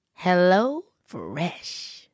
HelloFresh